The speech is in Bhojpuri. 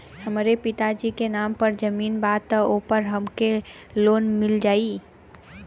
हमरे पिता जी के नाम पर जमीन बा त ओपर हमके लोन मिल जाई?